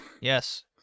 Yes